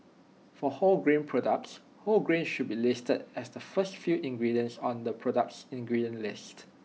for wholegrain products whole grain should be listed as the first few ingredients on the product's ingredients list